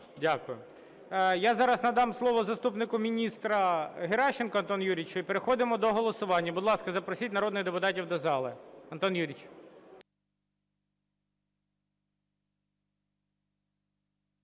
Дякую. Я зараз надам слово заступнику міністра Геращенку Антону Юрійовичу. І переходимо до голосування. Будь ласка, запросіть народних депутатів до зали. Антон Юрійович.